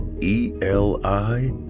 E-L-I